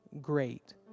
great